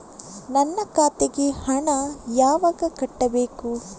ನನ್ನ ಖಾತೆಗೆ ಹಣ ಯಾವಾಗ ಕಟ್ಟಬೇಕು?